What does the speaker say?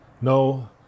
no